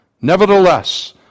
Nevertheless